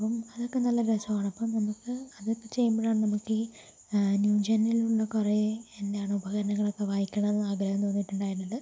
അപ്പം അതൊക്കെ നല്ല രസമാണ് അപ്പം നമുക്ക് അതൊക്കെ ചെയ്യുമ്പോഴാണ് നമുക്ക് ഈ ന്യൂ ജെന്നിൽ നിന്നും കുറേ എന്താണ് ഉപകരണങ്ങളൊക്കെ വായിക്കണമെന്ന് ആഗ്രഹം തോന്നിയിട്ടുണ്ടായിരുന്നത്